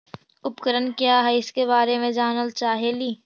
उपकरण क्या है इसके बारे मे जानल चाहेली?